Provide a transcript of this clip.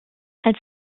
als